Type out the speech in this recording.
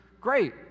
great